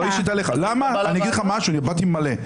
אני אגיד לך שבאתי מלא.